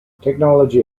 technology